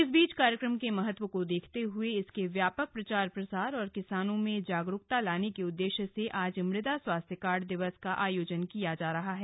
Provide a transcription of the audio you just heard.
इस बीच कार्यक्रम के महत्व को देखते हुए इसके व्यापक प्रचार प्रसार और किसानों में जागरुकता लाने के उद्देश्य से आज मुदा स्वास्थ्य कार्ड दिवस का आयोजन किया जा रहा है